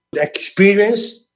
experience